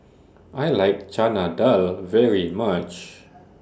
I like Chana Dal very much